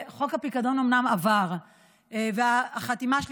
חוק הפיקדון אומנם עבר והחתימה שלי